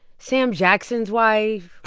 sam jackson's wife?